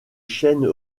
chaines